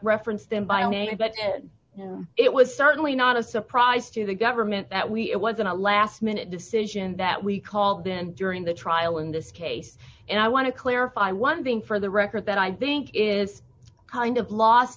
but it was certainly not a surprise to the government that we it wasn't a last minute decision that we called them during the trial in this case and i want to clarify one thing for the record that i think is kind of lost